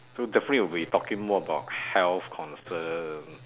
so definitely will be talking more about health concern